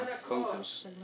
focus